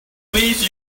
please